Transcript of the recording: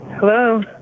Hello